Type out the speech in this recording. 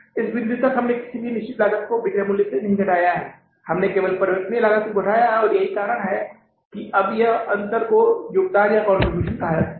इस बिंदु तक हमने किसी भी निश्चित लागत को बिक्री के कुल मूल्य से घटाया नहीं है हमने केवल परिवर्तनीय लागत को घटाया है और यही कारण है कि अब यहाँ अंतर को योगदानकंट्रीब्यूशन कहा जाता है